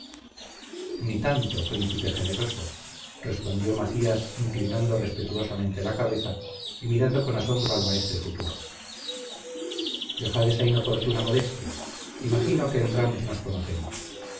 ni tanto príncipe generoso respondió macías inclinando respetuosamente la cabeza y mirando con asombro al maestre futuro dejad esa inoportuna modestia imagino que entrambos nos conocemos